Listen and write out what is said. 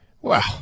Wow